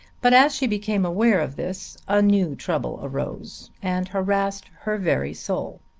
but as she became aware of this a new trouble arose and harassed her very soul.